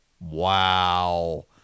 Wow